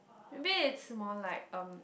maybe it's more like um